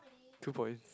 two points